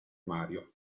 mario